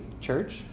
church